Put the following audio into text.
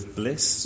bliss